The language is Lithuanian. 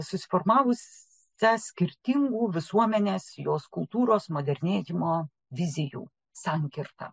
susiformavus sią skirtingų visuomenės jos kultūros modernėjimo vizijų sankirtą